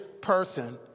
person